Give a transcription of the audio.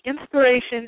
inspiration